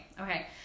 Okay